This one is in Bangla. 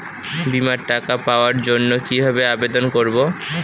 বিমার টাকা পাওয়ার জন্য কিভাবে আবেদন করব?